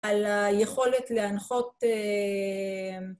על היכולת להנחות...